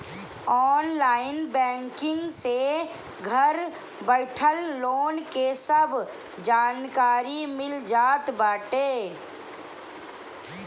online banking से घर बइठल लोन के सब जानकारी मिल जात बाटे